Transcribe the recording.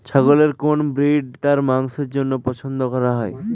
ছাগলের কোন ব্রিড তার মাংসের জন্য পছন্দ করা হয়?